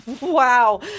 wow